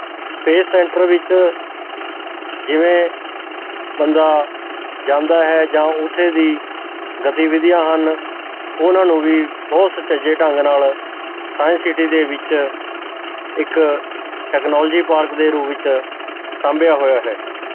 space centre ਵਿੱਚ ਜਿਵੇਂ ਬੰਦਾ ਜਾਂਦਾ ਹੈ ਜਾਂ ਉੱਥੇ ਦੀ ਗਤੀਵਿਧੀਆਂ ਹਨ ਉਹਨਾਂ ਨੂੰ ਵੀ ਬਹੁਤ ਸੁਚੱਜੇ ਢੰਗ ਨਾਲ ਸਾਇੰਸ ਸਿਟੀ ਦੇ ਵਿੱਚ ਇੱਕ ਟੈਕਨਾਲੋਜੀ ਪਾਰਕ ਦੇ ਰੂਪ ਵਿੱਚ ਸਾਂਭਿਆ ਹੋਇਆ ਹੈ